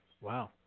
Wow